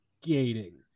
skating